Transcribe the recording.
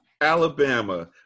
Alabama